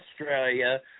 Australia